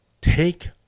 take